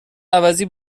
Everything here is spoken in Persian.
عوضی